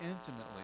intimately